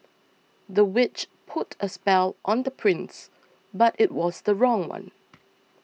the witch put a spell on the prince but it was the wrong one